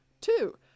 Two